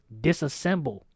Disassemble